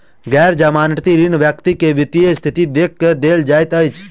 गैर जमानती ऋण व्यक्ति के वित्तीय स्थिति देख के देल जाइत अछि